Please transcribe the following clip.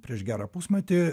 prieš gerą pusmetį